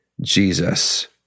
Jesus